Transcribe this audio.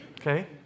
Okay